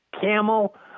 camel